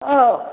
औ